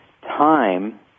Time